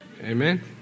Amen